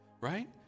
Right